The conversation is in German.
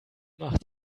mach